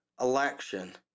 election